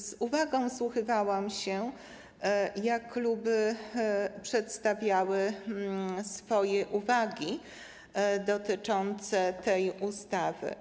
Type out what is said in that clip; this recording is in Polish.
Z uwagą wsłuchiwałam się, jak kluby przedstawiały swoje uwagi dotyczące tej ustawy.